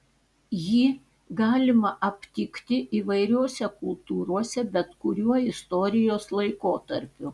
jį galima aptikti įvairiose kultūrose bet kuriuo istorijos laikotarpiu